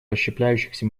расщепляющихся